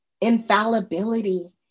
infallibility